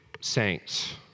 saints